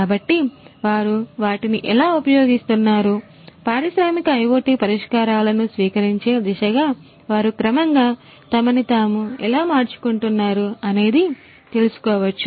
కాబట్టి వారు వాటిని ఎలా ఉపయోగిస్తున్నారు పారిశ్రామిక IoT పరిష్కారాలను స్వీకరించే దిశగా వారు క్రమంగా తమను తాము ఎలా మార్చుకుంటున్నారు అనేది తెలుసుకోవచ్చు